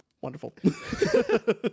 wonderful